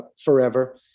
forever